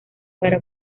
para